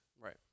Right